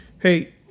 Hey